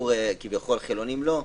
וכביכול לחילונים לא.